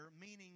meaning